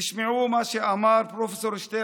תשמעו מה שאמר פרופ' שטרנהל: